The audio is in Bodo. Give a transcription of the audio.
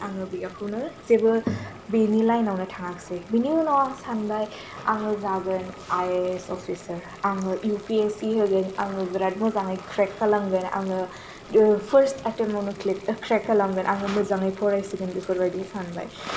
आङो बेया खौनो जेबो बेनि लाइनआवनो थाङासै बेनि उनाव आं सानबाय आङो जागोन आई ए एस अफिसार आङो इउ फि एस सि होगोन आङो बिरात मोजाङै क्रेक खालामगोन आङो फार्स्ट एतेमावनो क्लेक क्रेक खालामगोन आङो मोजाङै फरायसिगोन बेफोरबादि सानबाय